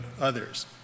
others